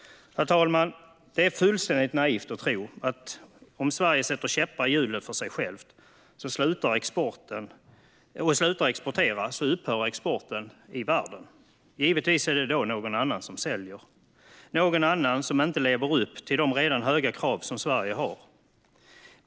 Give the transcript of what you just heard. Herr talman! Det är fullständigt naivt att tro att exporten i världen upphör om Sverige sätter käppar i hjulet för sig självt och slutar exportera. Givetvis är det då någon annan som säljer - någon som inte lever upp till de redan höga krav Sverige har.